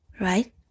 Right